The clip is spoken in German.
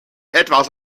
etwas